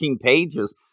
pages